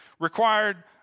required